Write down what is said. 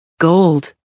Gold